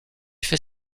fait